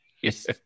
Yes